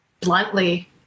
bluntly